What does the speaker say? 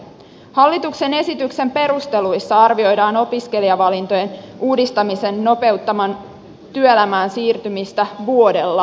hallituksen esityksen perusteluissa arvioidaan opiskelijavalintojen uudistamisen nopeuttavan työelämään siirtymistä vuodella